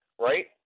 right